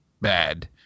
bad